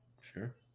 Sure